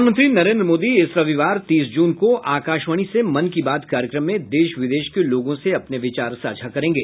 प्रधानमंत्री नरेन्द्र मोदी इस रविवार तीस जून को आकाशवाणी से मन की बात कार्यक्रम में देश विदेश के लोगों से अपने विचार साझा करेंगे